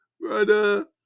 brother